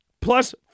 plus